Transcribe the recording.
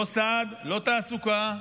לא סעד, לא תעסוקה,